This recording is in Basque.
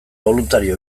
boluntario